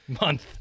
Month